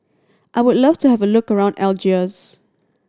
I would like to have a look around Algiers